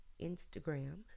Instagram